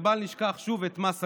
ובל נשכח שוב את מס הגודש.